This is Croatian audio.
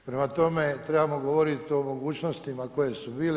Prema tome, trebamo govoriti o mogućnostima koje su bile.